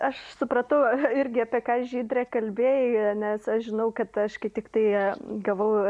aš supratau irgi apie ką žydrė kalbėjai nes aš žinau kad aš kai tiktai gavau